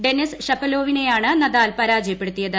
Denis ഷപലോവിനെയാണ് Nadal പരാജയപ്പെടുത്തിയത്